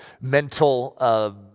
mental